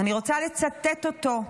אני רוצה לצטט אותו.